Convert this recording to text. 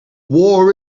war